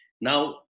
Now